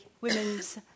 women's